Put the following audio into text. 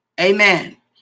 Amen